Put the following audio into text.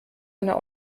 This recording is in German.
einer